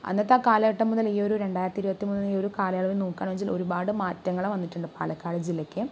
അന്നത്തെ ആ കാലഘട്ടം മുതൽ ഈ ഒരു രണ്ടായിരത്തി ഇരുപത്തിമൂന്ന് ഈയൊരു കാലയളവിൽ നോക്കുകയാണെന്നു വെച്ചാൽ ഒരുപാട് മാറ്റങ്ങൾ വന്നിട്ടുണ്ട് പാലക്കാട് ജില്ലയ്ക്ക്